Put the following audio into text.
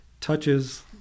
touches